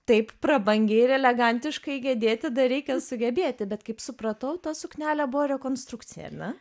taip prabangiai ir elegantiškai gedėti dar reikia sugebėti bet kaip supratau ta suknelė buvo rekonstrukcija ar ne